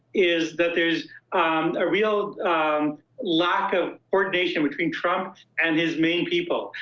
is that there's a real lack of coordination between trump and his main people.